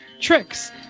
tricks